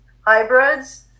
hybrids